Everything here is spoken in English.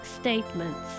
statements